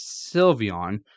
Sylveon